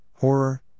Horror